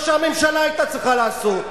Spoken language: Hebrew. מה שהממשלה היתה צריכה לעשות,